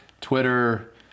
Twitter